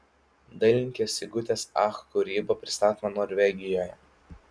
dailininkės sigutės ach kūryba pristatoma norvegijoje